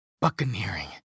Buccaneering